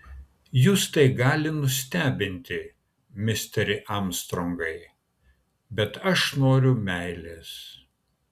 jus tai gali nustebinti misteri armstrongai bet aš noriu meilės